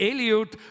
Eliud